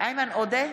איימן עודה,